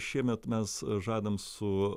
šiemet mes žadam su